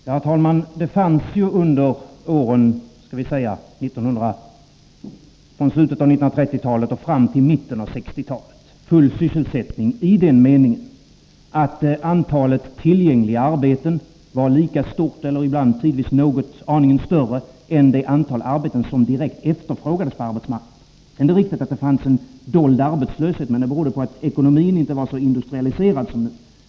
Herr talman! Det fanns ju under åren från slutet av 1930-talet och fram till mitten av 1960-talet full sysselsättning i den meningen att antalet tillgängliga arbeten var lika stort eller tidvis aningen större än det antal arbeten som direkt efterfrågades på arbetsmarknaden. Sedan är det riktigt att det fanns en dold arbetslöshet, men den berodde på att ekonomin inte var så industrialiserad som nu.